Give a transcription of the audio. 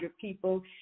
people